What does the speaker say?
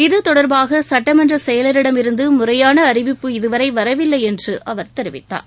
இது தொடா்பாக சட்டமன்ற செயலரிடமிருந்து முறையான அறிவிப்பு இதுவரை வரவில்லை என்று அவர் தெரிவித்தார்